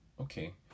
okay